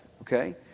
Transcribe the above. Okay